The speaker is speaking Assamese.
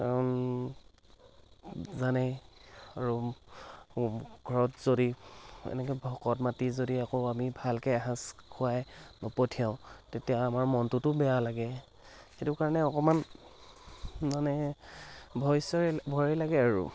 জানেই আৰু ঘৰত যদি এনেকৈ ভকত মাতি যদি আকৌ আমি ভালকৈ এসাঁজ খুৱাই নপঠিয়াওঁ তেতিয়া আমাৰ মনটোতো বেয়া লাগে সেইটো কাৰণে অকণমান মানে ভয় চয় ভয় লাগে আৰু